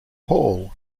paul